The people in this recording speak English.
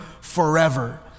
forever